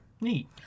Neat